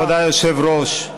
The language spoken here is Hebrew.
כבוד היושב-ראש,